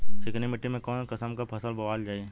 चिकनी मिट्टी में कऊन कसमक फसल बोवल जाई?